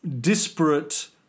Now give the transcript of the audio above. disparate